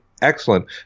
excellent